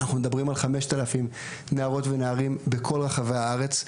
שאנחנו מדברים על 5,000 נערות ונערים בכל רחבי הארץ.